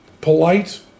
polite